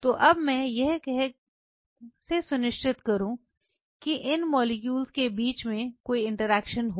तो अब मैं यह कह से सुनिश्चित करूं कि इन मॉलिक्यूल के बीच में कोई इंटरेक्शन हो